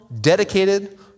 dedicated